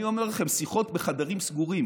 אני אומר לכם, שיחות בחדרים סגורים